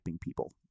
people